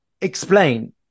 explain